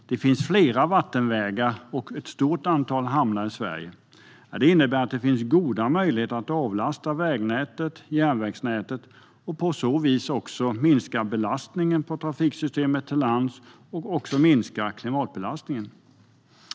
Det finns flera vattenvägar och ett stort antal hamnar i Sverige, vilket innebär att det finns goda möjligheter att avlasta vägnätet och järnvägsnätet och på så vis minska belastningen på trafiksystemet till lands och även klimatbelastningen.